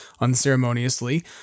unceremoniously